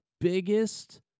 biggest